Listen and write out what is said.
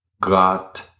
God